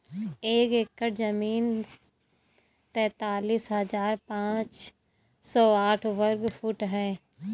एक एकड़ जमीन तैंतालीस हजार पांच सौ साठ वर्ग फुट है